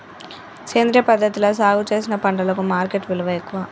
సేంద్రియ పద్ధతిలా సాగు చేసిన పంటలకు మార్కెట్ విలువ ఎక్కువ